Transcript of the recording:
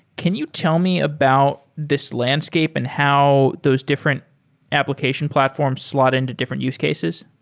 can you tell me about this landscape and how those different application platform slot into different use cases?